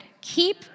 Keep